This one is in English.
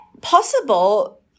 possible